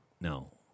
No